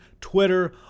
Twitter